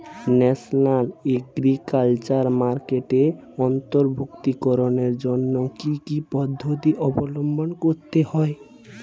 National agriculture মার্কেটে অন্তর্ভুক্তিকরণের জন্য কি কি পদ্ধতি অবলম্বন করতে হয়?